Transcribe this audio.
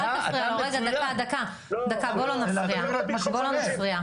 דקה, בואו לא נפריע.